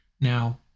now